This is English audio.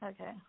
Okay